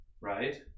right